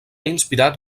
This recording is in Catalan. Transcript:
inspirat